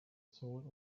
soul